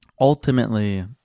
ultimately